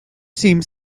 seemed